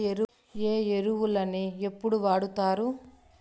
ఏ ఎరువులని ఎప్పుడు వాడుతారు?